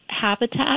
habitat